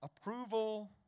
approval